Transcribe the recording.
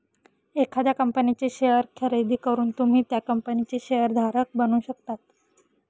एखाद्या कंपनीचे शेअर खरेदी करून तुम्ही त्या कंपनीचे शेअर धारक बनू शकता